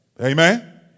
Amen